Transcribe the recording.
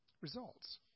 results